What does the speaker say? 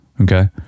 Okay